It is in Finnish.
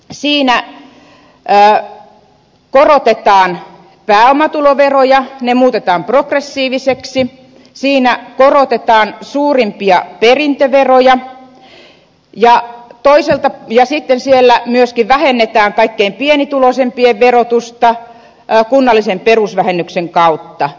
siinä korotetaan pääomatuloveroja ne muutetaan progressiivisiksi siinä korotetaan suurimpia perintöveroja ja sitten siellä myöskin vähennetään kaikkein pienituloisimpien verotusta kunnallisen perusvähennyksen kautta